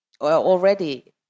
already